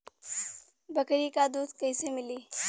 बकरी क दूध कईसे मिली?